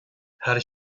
her